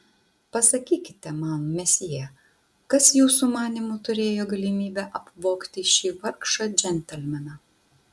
pasakykite man mesjė kas jūsų manymu turėjo galimybę apvogti šį vargšą džentelmeną